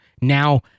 now